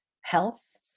health